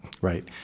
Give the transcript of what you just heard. Right